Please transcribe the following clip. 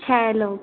छः लोग